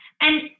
and-